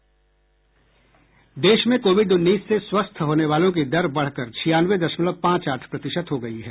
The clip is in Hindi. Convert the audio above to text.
देश में कोविड उन्नीस से स्वस्थ होने वालों की दर बढ़कर छियानवे दशमलव पांच आठ प्रतिशत हो गई है